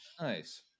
Nice